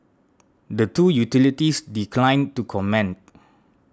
the two utilities declined to comment